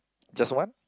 just one